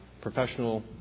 professional